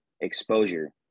exposure